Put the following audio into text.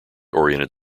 oriented